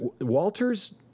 Walter's